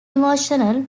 emotional